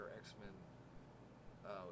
X-Men